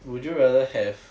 would you rather have